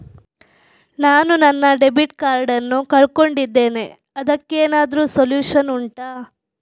ನಾನು ನನ್ನ debit card ನ್ನು ಕಳ್ಕೊಂಡಿದ್ದೇನೆ ಅದಕ್ಕೇನಾದ್ರೂ ಸೊಲ್ಯೂಷನ್ ಉಂಟಾ